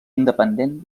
independent